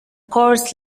course